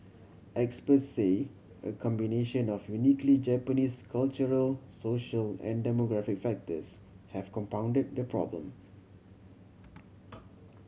expert say a combination of uniquely Japanese cultural social and demographic factors have compounded the problem